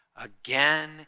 again